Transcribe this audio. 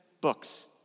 books